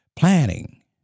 Planning